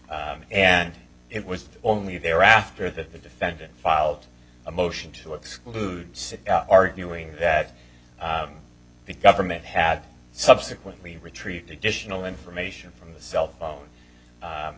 consent and it was only thereafter that the defendant filed a motion to exclude arguing that the government had subsequently retrieve the additional information from the cell phone